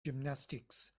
gymnastics